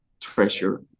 treasure